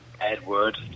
Edward